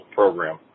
program